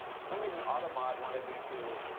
for some reason automod wanted me to